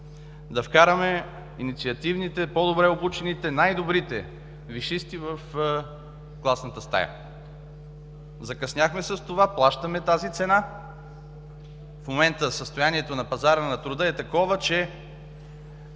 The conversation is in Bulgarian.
да вкараме инициативните, по-добре обучените, най-добрите висшисти в класната стая. Закъсняхме с това, плащаме тези цена. В момента състоянието на пазара на труда е такова, че